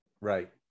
Right